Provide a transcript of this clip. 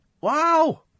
wow